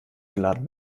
geladen